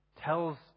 tells